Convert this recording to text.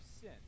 sin